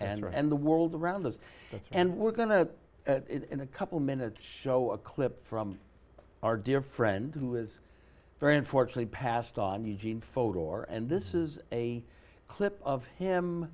and the world around us and we're going to in a couple minutes show a clip from our dear friend who is very unfortunately passed on eugene photo or and this is a clip of him